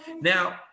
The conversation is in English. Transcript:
Now